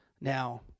Now